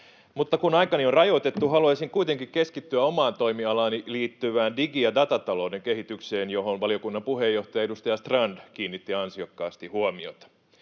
Kun aikani on rajoitettu, haluaisin kuitenkin keskittyä omaan toimialaani liittyvään digi‑ ja datatalouden kehitykseen, johon valiokunnan puheenjohtaja, edustaja Strand kiinnitti ansiokkaasti huomiota.